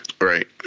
Right